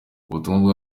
ubutumwa